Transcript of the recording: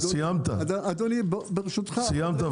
סיימת בבקשה.